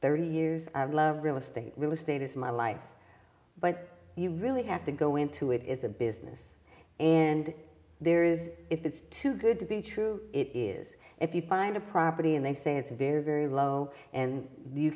thirty years real estate real estate is my life but you really have to go into it is a business and there is if it's too good to be true it is if you find a property and they say it's very very low and you